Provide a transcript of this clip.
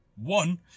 One